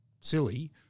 silly